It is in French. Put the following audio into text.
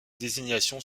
désignation